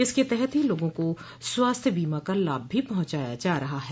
इसके तहत ही लोगों को स्वास्थ्य बीमा का लाभ भी पहंचाया जा रहा है